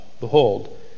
behold